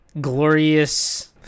glorious